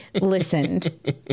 listened